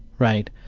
right?